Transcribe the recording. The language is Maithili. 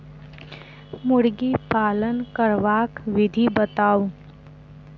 मुर्गी पालन करबाक विधि बताऊ?